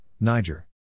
Niger